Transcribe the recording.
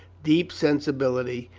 deep sensibility,